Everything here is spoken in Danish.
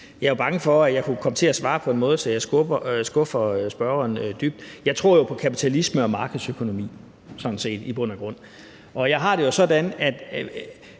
Jeg er bange for, at jeg kunne komme til at svare på en måde, så jeg skuffer spørgeren dybt. Jeg tror jo sådan set i bund og grund på kapitalisme og markedsøkonomi. Og jeg har det jo sådan, at